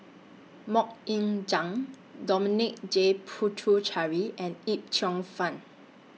Mok Ying Jang Dominic J Puthucheary and Yip Cheong Fun